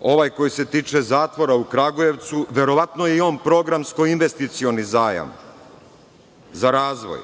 ovaj koji se tiče zatvora u Kragujevcu. Verovatno je i on programsko-investicioni zajam za razvoj.